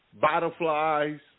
butterflies